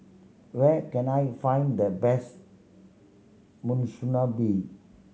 where can I find the best Monsunabe